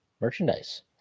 merchandise